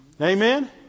Amen